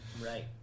right